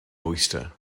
oyster